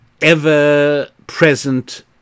ever-present